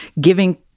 giving